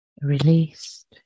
Released